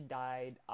died